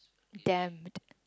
damned